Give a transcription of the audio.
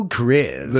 Chris